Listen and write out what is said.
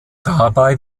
dabei